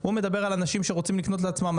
הוא מדבר על אנשים שרוצים לקנות לעצמם,